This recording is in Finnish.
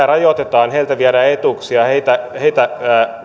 rajoitetaan ja heiltä viedään etuuksia ja heitä